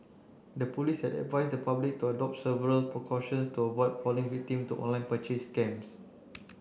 the police had advised the public to adopt several precautions to avoid falling victim to online purchase scams